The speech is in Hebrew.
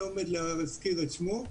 אני לא עומד להזכיר את שמו,